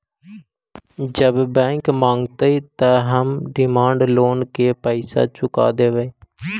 जब बैंक मगतई त हम डिमांड लोन के पैसा चुका देवई